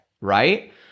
right